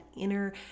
inner